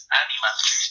animals